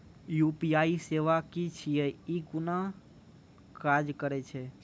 UPI सेवा की छियै? ई कूना काज करै छै?